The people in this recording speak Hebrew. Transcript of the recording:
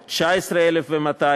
19,200,